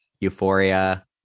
Euphoria